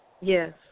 Yes